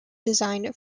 design